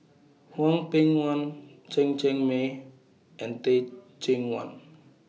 Hwang Peng Yuan Chen Cheng Mei and Teh Cheang Wan